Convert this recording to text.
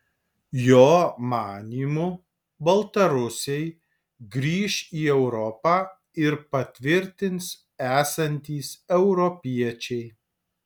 jo manymu baltarusiai grįš į europą ir patvirtins esantys europiečiai